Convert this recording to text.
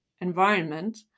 environment